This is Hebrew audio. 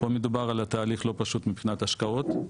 פה מדובר על תהליך לא פשוט מבחינת השקעות.